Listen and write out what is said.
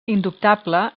indubtable